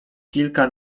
kilka